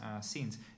scenes